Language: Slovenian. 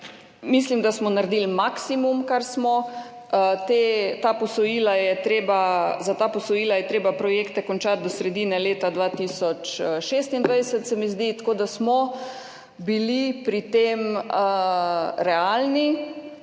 Mislim, da smo naredili maksimum, kar smo. Za ta posojila je treba projekte končati do sredine leta 2026, se mi zdi, tako da smo bili pri tem realni.